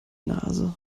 nase